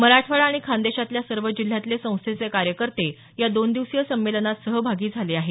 मराठवाडा आणि खानदेशातल्या सर्व जिल्ह्यातले संस्थेचे कार्यकर्ते या दोन दिवसीय संमेलनात सहभागी झाले आहेत